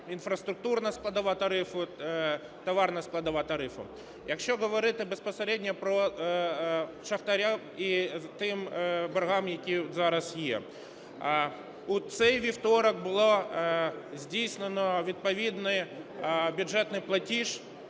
інфраструктурна складова тарифу, товарна складова тарифу. Якщо говорити безпосередньо про шахтарів і тих боргах, які зараз є. У цей вівторок було здійснено відповідний бюджетний платіж